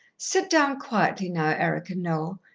sit down quietly now, eric and noel.